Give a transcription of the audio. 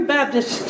Baptist